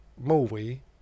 movie